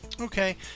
Okay